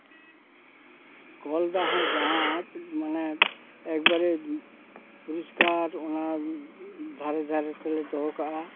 ᱠᱚᱞ ᱫᱟᱜ ᱦᱚᱸ ᱡᱟᱦᱟᱸ ᱢᱟᱱᱮ ᱮᱠᱵᱟᱨᱮ ᱯᱚᱨᱤᱥᱠᱟᱨ ᱚᱱᱟ ᱫᱷᱟᱨᱮ ᱫᱷᱟᱨᱮ ᱛᱮᱞᱮ ᱫᱚᱦᱚ ᱠᱟᱜᱼᱟ